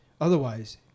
Otherwise